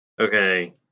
Okay